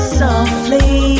softly